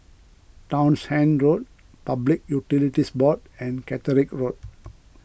Townshend Road Public Utilities Board and Caterick Road